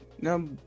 no